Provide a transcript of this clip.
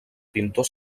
pintor